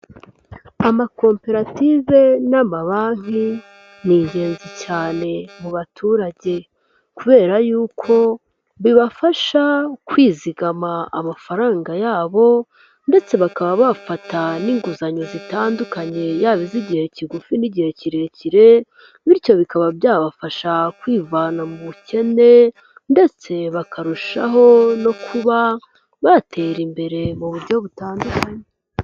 Amakoperative n'ama banki ni ingenzi cyane mu baturage kubera yuko bibafasha kwizigama amafaranga yabo ndetse bakaba bafata n'inguzanyo zitandukanye, yaba iz'igihe kigufi n'igihe kirekire bityo bikaba byabafasha kwivana mu bukene ndetse bakarushaho no kuba batera imbere mu buryo butandukanye.